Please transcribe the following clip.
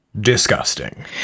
disgusting